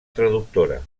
traductora